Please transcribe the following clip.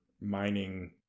mining